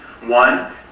One